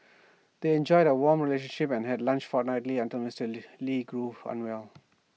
they enjoyed A warm relationship and had lunch fortnightly until Mister lee grew unwell